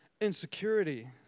insecurity